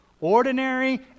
Ordinary